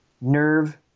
nerve